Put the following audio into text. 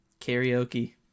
karaoke